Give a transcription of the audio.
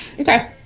Okay